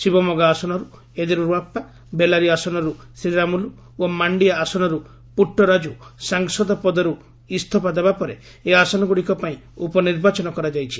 ଶିବମୋଗା ଆସନରୁ ୟେଦିୟୁରାପ୍ପା ବେଲାରୀ ଆସନର୍ ଶ୍ରୀରାମ୍ରଲ୍ ଓ ମାଣ୍ଡିଆ ଆସନର୍ ପ୍ରଟ୍ଟରାଜ୍ର ସାଂସଦ ପଦର୍ ଇସଫା ଦେବା ପରେ ଏହି ଆସନଗୁଡ଼ିକ ପାଇଁ ଉପନିର୍ବାଚନ କରାଯାଇଛି